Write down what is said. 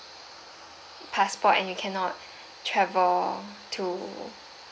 passport and you cannot travel to